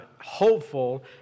hopeful